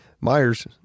Myers